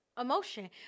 emotion